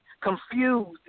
confused